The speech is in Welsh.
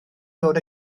dod